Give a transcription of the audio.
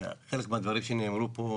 חלק מהדברים שנאמרו פה,